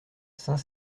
saint